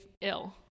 ill